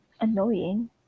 annoying